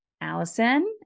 allison